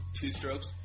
Two-strokes